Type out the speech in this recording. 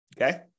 Okay